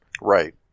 Right